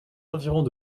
environs